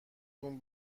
تون